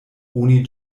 oni